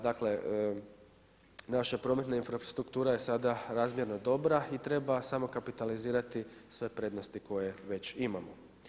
Dakle naša prometna infrastruktura je sada razmjerno dobro i treba samo kapitalizirati sve prednosti koje sve već imamo.